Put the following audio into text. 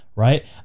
right